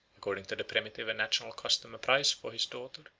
according to the primitive and national custom, a price for his daughter,